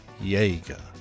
Yeager